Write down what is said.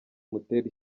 umutera